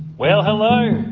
well, hello.